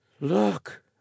Look